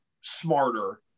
smarter